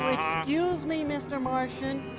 excuse me mr. martian.